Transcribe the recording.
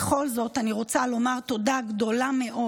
בכל זאת, אני רוצה לומר תודה גדולה מאוד,